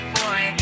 boy